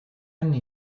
anni